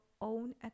own